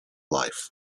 life